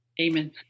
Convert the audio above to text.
amen